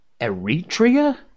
Eritrea